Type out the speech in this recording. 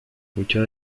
mucha